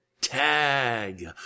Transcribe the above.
tag